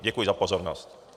Děkuji za pozornost.